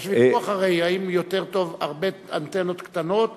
יש ויכוח, הרי, אם יותר טוב הרבה אנטנות קטנות